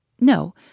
No